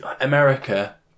America